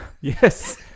Yes